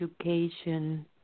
education